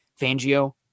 Fangio